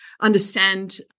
understand